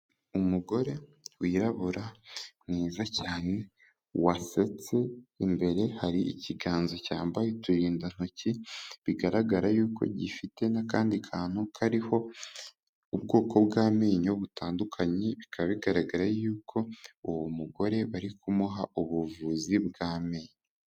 Umugore wirabura mwiza cyane, wasetse, imbere hari ikiganza cyambaye uturindantoki, bigaragara yuko gifite n'akandi kantu kariho ubwoko bw'amenyo butandukanye, bikaba bigaragara yuko uwo mugore bari kumuha ubuvuzi bw'amenyo.